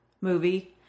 movie